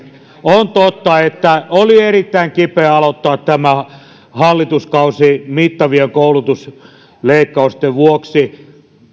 on totta että oli erittäin kipeää aloittaa tämä hallituskausi mittavien koulutusleikkausten vuoksi